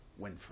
Winfrey